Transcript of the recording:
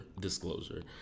disclosure